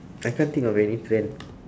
I can't think of any trend